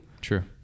True